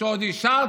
שבו עוד אישרתם,